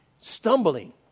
Stumbling